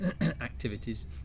activities